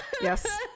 Yes